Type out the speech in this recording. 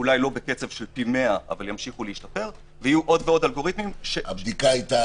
אולי לא בקצב של פי 100. הבדיקה היתה